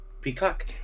Peacock